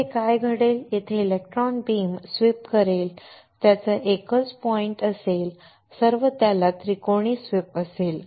येथे काय घडेल येथे इलेक्ट्रॉन बीम स्वीप करेल किंवा त्याचा एकच बिंदू असेल सर्व त्याला त्रिकोणी स्वीप असेल